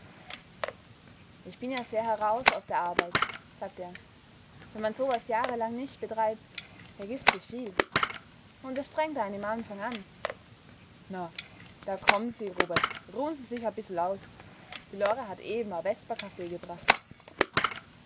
ich bin ja sehr heraus aus der arbeit sagte er wenn man so was jahrelang nich betreibt vergißt sich viel und es strengt ein'n im anfang an na da komm'n sie robert ruh'n sie sich a bissel aus die lore hat eben a vesperkaffee gebracht